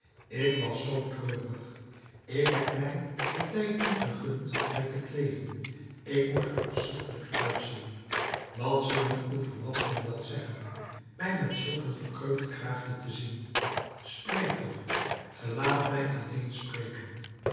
ik was zoo treurig ik heb mij den tijd niet gegund mij te kleeden ik moet er afzichtelijk uitzien wat zullen uw verwanten wel zeggen mij met zulk een verkreukt kraagje te zien spreek toch ge laat mij alleen